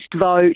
vote